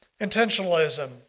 Intentionalism